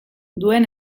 duen